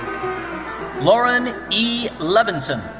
lauren e. levinson.